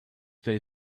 they